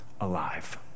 alive